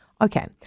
Okay